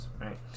Right